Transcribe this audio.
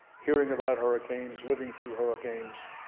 hearing about hurricanes, living through hurricanes,